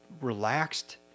relaxed